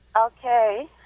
Okay